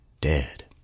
dead